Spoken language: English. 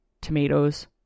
tomatoes